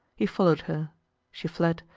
he followed her she fled,